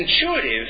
intuitive